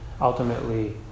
ultimately